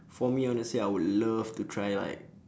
for me honestly I would love to try like